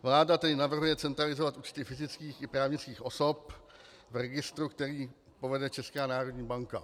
Vláda tedy navrhuje centralizovat účty fyzických i právnických osob v registru, který povede Česká národní banka.